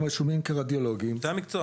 הם רשומים כרדיולוגים והם לא פעילים.